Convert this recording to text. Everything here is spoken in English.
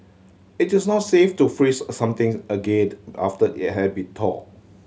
it is not safe to freeze something after it has been thawed